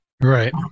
Right